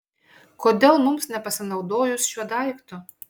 kodėl mums nepasinaudojus šiuo daiktu